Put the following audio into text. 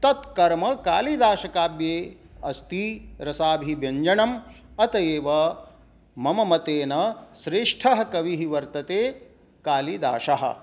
तत् कर्म कालिदासकावे अस्ति रसाभिव्यञ्जनम् अतः एव मम मतेन श्रेष्ठः कविः वर्तते कालिदासः